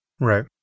Right